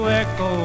echo